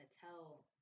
tell